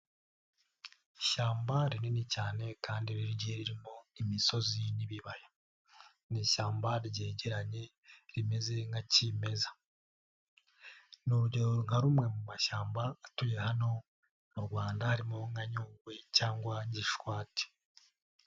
Ishyamba rinini cyane kandi rigiye ririmo imisozi n'ibibaya, ni ishyamba ryegeranye rimeze nka kimeza, ni urugero nka rumwe mu mashyamba atuye hano mu Rwanda harimo nka Nyungwe cyangwa Gishwati.